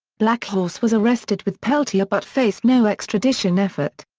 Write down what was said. blackhorse was arrested with peltier but faced no extradition effort.